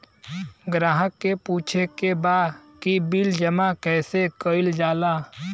ग्राहक के पूछे के बा की बिल जमा कैसे कईल जाला?